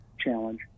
challenge